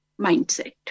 mindset